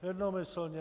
Jednomyslně.